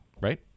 right